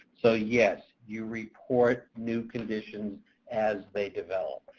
so, yes, you report new conditions as they develop.